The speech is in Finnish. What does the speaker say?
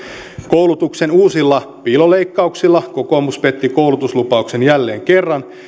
koulutuksen uusilla piiloleikkauksilla kokoomus petti koulutuslupauksen jälleen kerran